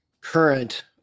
current